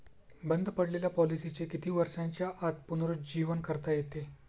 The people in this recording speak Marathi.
बंद पडलेल्या पॉलिसीचे किती वर्षांच्या आत पुनरुज्जीवन करता येते?